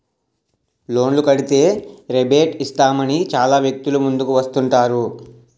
లోన్లు కడితే రేబేట్ ఇస్తామని చాలా వ్యక్తులు ముందుకు వస్తుంటారు